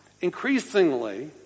Increasingly